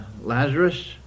Lazarus